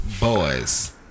boys